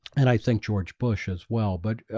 and i think george bush as well. but ah,